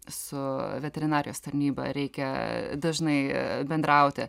su veterinarijos tarnyba reikia dažnai bendrauti